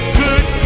good